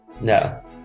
No